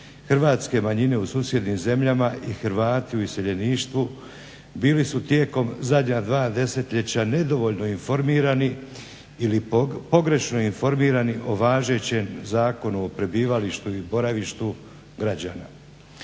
hrvatske manjine u susjednim zemljama i Hrvati u iseljeništvu bili su tijekom zadnja dva desetljeća nedovoljno informirani ili pogrešno informirani o važećem Zakonu o prebivalištu i boravištu građana.